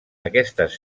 aquestes